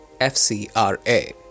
FCRA